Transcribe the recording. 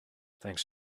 thanks